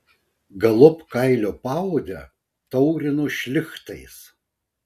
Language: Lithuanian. galop kailio paodę taurino šlichtais